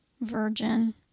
virgin